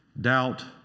Doubt